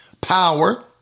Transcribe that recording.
power